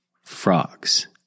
frogs